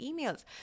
emails